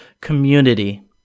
community